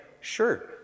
Sure